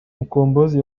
mkombozi